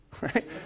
right